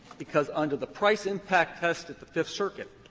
because under the price impact test at the fifth circuit,